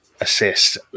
assist